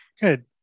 good